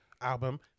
album